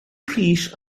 pris